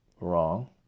wrong